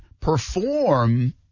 perform